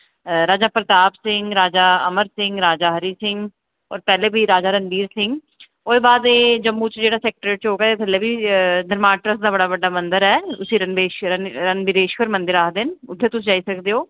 राजा प्रताप सिंह राजा अमर सिंह राजा हरि सिंह और पैह्ले बी राजा रणबीर सिंह ओह्दे बाद एह् जम्मू च जेह्ड़ा सैक्टरेट चौक ऐ एह्दे थल्लै बी धर्मार्थ ट्रस्ट दा बड़ा बड्डा मंदर ऐ उस्सी रणवीरेश्वर मंदिर आखदे न उत्थै तुस जाई सकदे ओ